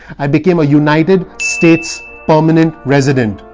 i became a united states permanent resident.